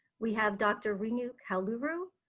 we have dr. renu kowluru,